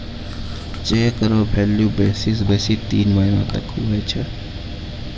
cheque रो value बेसी से बेसी तीन महीना तक हुवै छै